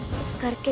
let's go.